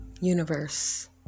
universe